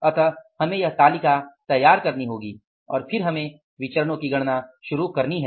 अतः हमें यह तालिका तैयार करनी होगी और फिर हमें विचरणो की गणना शुरू करनी है